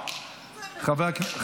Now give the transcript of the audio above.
איזה מפתיע שאתה מציע לי ג'ובים.